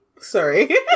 sorry